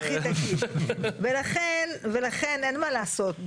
ולכן אין מה לעשות,